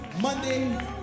Monday